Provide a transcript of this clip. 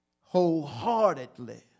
wholeheartedly